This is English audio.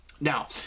Now